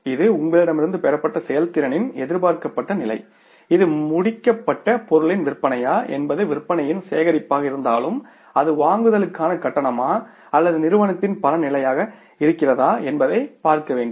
இது உங்களிடமிருந்து பெறப்பட்ட செயல்திறனின் எதிர்பார்க்கப்பட்ட நிலை இது முடிக்கப்பட்ட பொருளின் விற்பனையா என்பது விற்பனையின் சேகரிப்பாக இருந்தாலும் அது வாங்குதலுக்கான கட்டணமா அல்லது நிறுவனத்தில் பண நிலையாக இருக்கிறதா என்பதை பார்க்கவேண்டும்